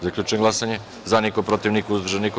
Zaključujem glasanje: za – niko, protiv – niko, uzdržanih – nema.